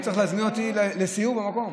הוא צריך להזמין אותי לסיור במקום.